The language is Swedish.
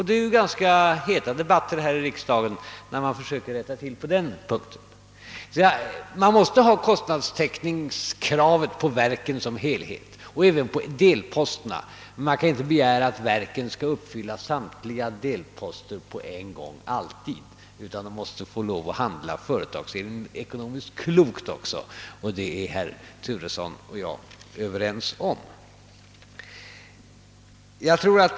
Det förs ju heta debatter här i riksdagen när man försöker rätta till på den punkten. Kostnadstäckningskravet på verken som helhet och även på delkostnaderna måste fyllas. Man kan dock inte begära att verken skall uppfylla kraven på samtliga delposter samtidigt. De måste också få handla företagsekonomiskt klokt. Detta är herr Turesson och jag överens om.